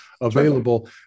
available